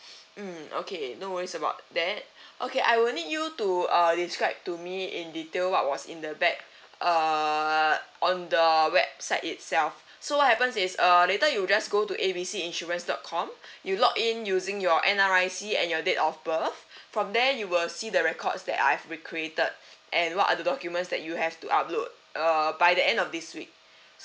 mm okay no worries about that okay I will need you to uh describe to me in detail what was in the bag uh on the website itself so what happens is uh later you just go to A B C insurance dot com you log in using your N_R_I_C and your date of birth from there you will see the records that I've recreated and what are the documents that you have to upload uh by the end of this week